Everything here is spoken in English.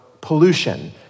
pollution